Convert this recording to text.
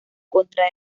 contra